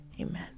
Amen